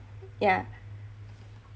yah